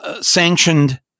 sanctioned